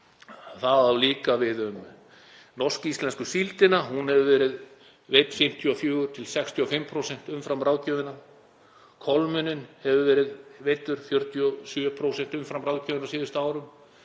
Það á líka við um norsk-íslensku síldina. Hún hefur verið veidd 54–65% umfram ráðgjöfina. Kolmunninn hefur verið veiddur 47% umfram ráðgjöf á síðustu árum.